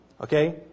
Okay